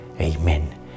Amen